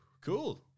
Cool